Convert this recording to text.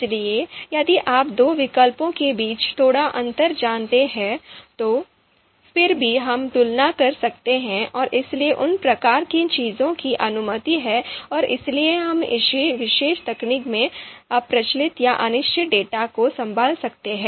इसलिए यदि आप दो विकल्पों के बीच थोड़ा अंतर जानते हैं तो फिर भी हम तुलना कर सकते हैं और इसलिए उन प्रकार की चीजों की अनुमति है और इसलिए हम इस विशेष तकनीक में अप्रचलित या अनिश्चित डेटा को संभाल सकते हैं